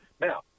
Now